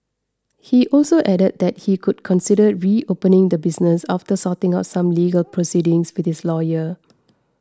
he also added that he could consider reopening the business after sorting out some legal proceedings with his lawyer